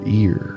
ear